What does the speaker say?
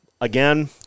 Again